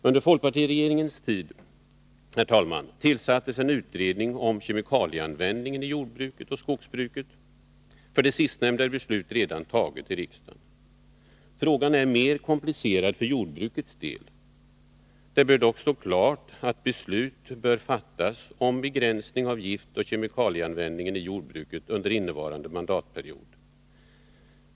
Under folkpartiregeringens tid, herr talman, tillsattes en utredning om kemikalieanvändningen i jordbruket och skogsbruket. När det gäller det sistnämnda har beslut redan fattats i riksdagen. Frågan är mer komplicerad för jordbrukets del. Det bör dock stå klart att beslut bör fattas om begränsning av giftoch kemikalieanvändningen i jordbruket under innevarande mandatperiod.